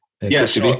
Yes